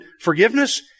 forgiveness